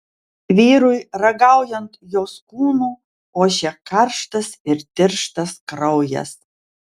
vyrui ragaujant jos kūnu ošė karštas ir tirštas kraujas